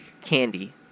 candy